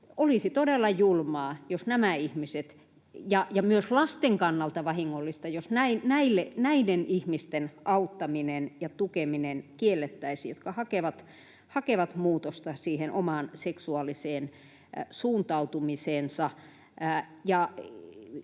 Olisi todella julmaa ja myös lasten kannalta vahingollista, jos kiellettäisiin näiden ihmisten auttaminen ja tukeminen, jotka hakevat muutosta siihen omaan seksuaaliseen suuntautumiseensa.